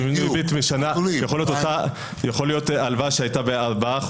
יכולה להיות הלוואה שהייתה ב-4%,